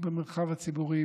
במרחב הציבורי,